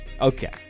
Okay